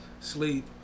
sleep